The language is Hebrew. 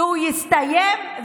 והוא יסתיים,